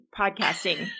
podcasting